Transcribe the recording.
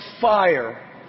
fire